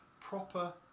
proper